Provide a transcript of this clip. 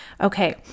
Okay